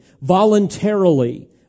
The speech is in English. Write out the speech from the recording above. voluntarily